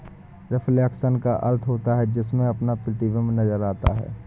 reflection का अर्थ होता है जिसमें अपना प्रतिबिंब नजर आता है